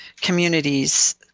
communities